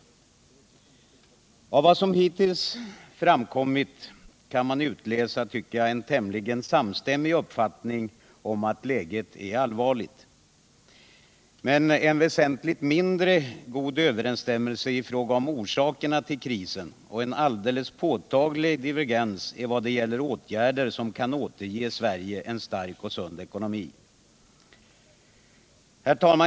Av vad som hittills framkommit tycker jag man kan utläsa en tämligen samstämmig uppfattning om att läget är allvarligt, men att det föreligger en mindre god överensstämmelse i fråga om orsakerna till krisen samt en alldeles påtaglig divergens i vad det gäller åtgärder som kan återge Sverige en stark och sund ekonomi.